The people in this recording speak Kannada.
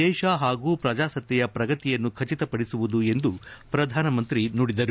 ದೇಶ ಹಾಗೂ ಪ್ರಜಾಸತ್ತೆಯ ಪ್ರಗತಿಯನ್ನು ಖಚಿತಪಡಿಸುವುದು ಎಂದು ಪ್ರಧಾನಮಂತ್ರಿ ನುಡಿದರು